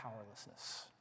powerlessness